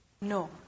No